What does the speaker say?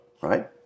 right